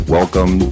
Welcome